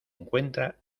encuentra